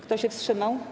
Kto się wstrzymał?